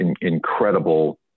incredible